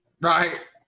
right